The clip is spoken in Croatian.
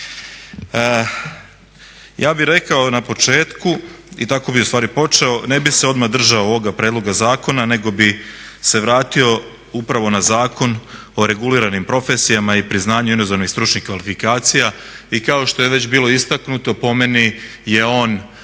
Ja bih rekao na početku i tako bih ustvari počeo, ne bih se odmah držao ovoga predloga zakona, nego bih se vratio upravo na Zakon o reguliranim profesijama i priznanju inozemnih stručnih kvalifikacija i kao što je već bilo istaknuto po meni je on